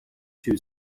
two